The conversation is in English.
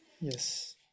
Yes